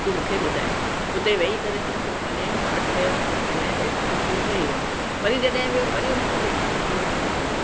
तूं मूंखे ॿुधाए हुते वेही करे हुन सुखमनीअ जो पाठु कयो त हिनजे पेट मां सूरु लही वियो वरी जॾहिं वियो वरी हुनखे पेट में सूरु थियणु लॻो